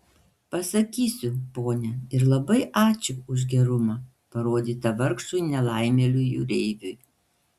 pasakysiu ponia ir labai ačiū už gerumą parodytą vargšui nelaimėliui jūreiviui